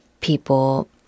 people